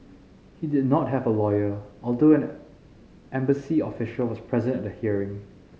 he did not have a lawyer although an embassy official was present at the hearing